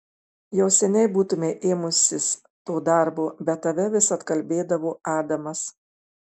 jau seniai būtumei ėmusis to darbo bet tave vis atkalbėdavo adamas